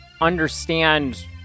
understand